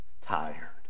tired